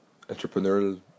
entrepreneurial